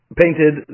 painted